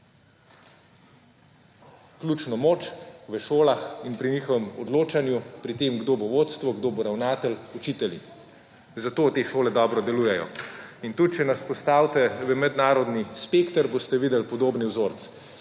ključno moč v šolah in pri njihovem odločanju, pri tem kdo bo v vodstvu, kdo bo ravnatelj, učitelji, zato te šole dobro delujejo. In tudi, če nas postavite v mednarodni spekter, boste videli podobni vzorec.